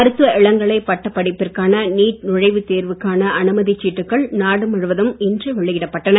மருத்துவ இளங்கலை பட்டப்படிப்பிற்கான நீட் நுழைவுத் தேர்வுக்கனா அனுமதிச் சீட்டுக்கள் நாடு முழுவதும் இன்று வெளியிடப்பட்டன